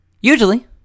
usually